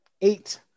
eight